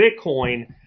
Bitcoin